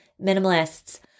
Minimalists